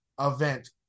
event